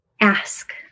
ask